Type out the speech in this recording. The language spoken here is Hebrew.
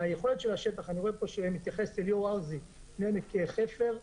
אני רואה פה שמתייחס אליאור ארזי מעמק חפר.